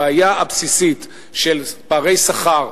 הבעיה הבסיסית של פערי שכר,